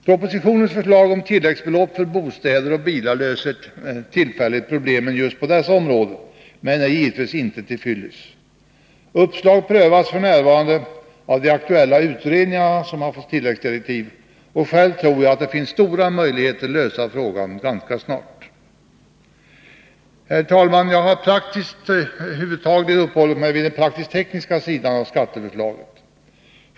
Propositionens förslag om tilläggsbelopp för bostäder och bilar löser tillfälligt problemen just på dessa områden, men är givetvis inte till fyllest. Uppslag prövas f. n. av de aktuella utredningarna, som har fått tilläggsdirektiv, och själv tror jag att det finns stora möjligheter att lösa frågan ganska snart. Herr talman! Jag har huvudsakligen uppehållit mig vid den praktisktekniska sidan av skatteförslaget.